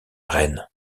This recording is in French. reine